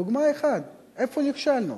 דוגמה אחת, איפה נכשלנו?